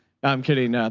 i'm kidding. ah